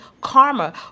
karma